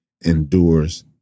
endures